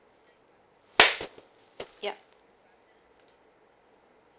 yup